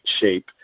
shape